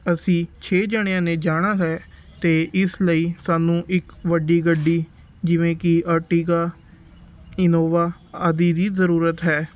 ਅਸੀਂ ਛੇ ਜਣਿਆਂ ਨੇ ਜਾਣਾ ਹੈ ਅਤੇ ਇਸ ਲਈ ਸਾਨੂੰ ਇੱਕ ਵੱਡੀ ਗੱਡੀ ਜਿਵੇਂ ਕਿ ਆਰਟੀਕਾ ਇਨੋਵਾ ਆਦਿ ਦੀ ਜ਼ਰੂਰਤ ਹੈ